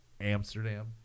Amsterdam